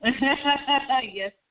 Yes